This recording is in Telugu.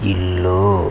ఇల్లు